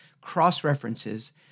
cross-references